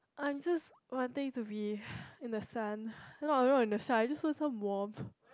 I just wanting to be in the sun no not in the sun I just want some warmth